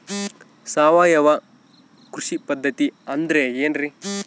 ಸಾವಯವ ಕೃಷಿ ಪದ್ಧತಿ ಅಂದ್ರೆ ಏನ್ರಿ?